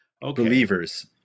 believers